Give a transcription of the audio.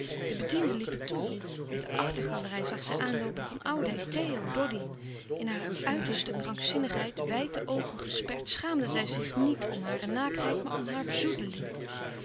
de bedienden liepen toe uit de achtergalerij zag zij aanloopen van oudijck theo doddy in hare uiterste krankzinnigheid wijd de oogen gesperd schaamde zij zich niet om hare naaktheid maar om haar